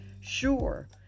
sure